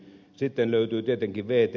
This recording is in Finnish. sitten löytyy tietenkin vtt